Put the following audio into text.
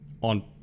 on